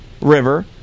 river